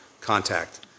contact